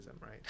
right